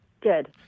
Good